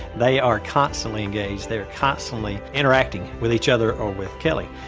they are constantly engaged, they're constantly interacting with each other or with kelli.